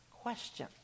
question